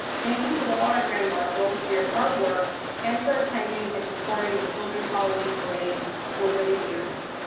thank you to all our grand marshals for your hard work and for attending and supporting the children's halloween parade over the years.